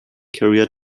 career